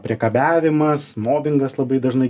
priekabiavimas mobingas labai dažnai